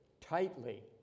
tightly